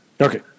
okay